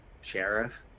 Sheriff